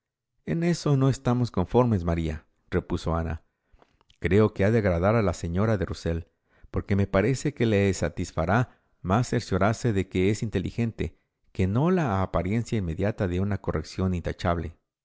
en eso no estamos conformes maríarepuso ana creo que ha de agradar a la señora de rusell porque me parece que le satisfará mas cerciorarse de que es inteligente que no la apariencia inmediata de una corrección intachable